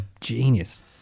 genius